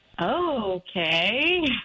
Okay